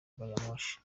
gariyamoshi